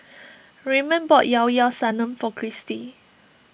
Raymond bought Llao Llao Sanum for Kristi